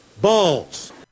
balls